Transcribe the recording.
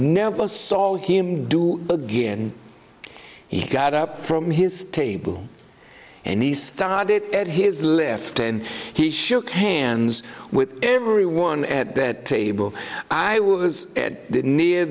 never saw him do again he got up from his table and he started at his left and he shook hands with everyone at that table i was near